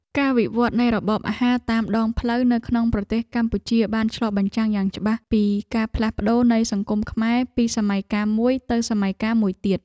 ការវិវត្តនៃរបបអាហារតាមដងផ្លូវនៅក្នុងប្រទេសកម្ពុជាបានឆ្លុះបញ្ចាំងយ៉ាងច្បាស់ពីការផ្លាស់ប្តូរនៃសង្គមខ្មែរពី សម័យកាលមួយទៅសម័យកាលមួយទៀត។